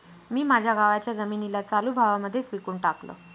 मी माझ्या गावाच्या जमिनीला चालू भावा मध्येच विकून टाकलं